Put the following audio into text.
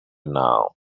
now